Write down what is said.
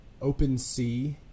OpenSea